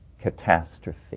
catastrophe